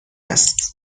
است